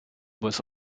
bez